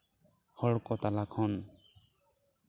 ᱦᱚᱲ ᱠᱚ ᱛᱟᱞᱟ ᱠᱷᱚᱱ